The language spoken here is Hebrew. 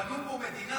בנו פה מדינה.